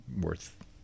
worth